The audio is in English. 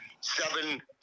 seven